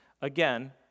Again